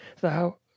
thou